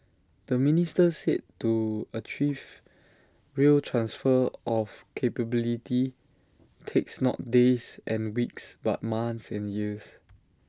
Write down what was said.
the minister said to achieve real transfer of capability takes not days and weeks but months and years